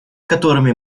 которыми